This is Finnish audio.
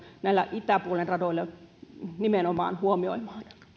näillä itäpuolen radoilla nimenomaan huomioimaan